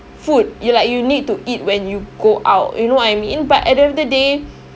food you like you need to eat when you go out you know what I mean but at the end of the day